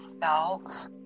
felt